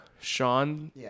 Sean